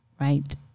right